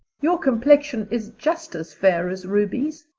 your complexion is just as fair as ruby's,